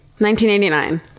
1989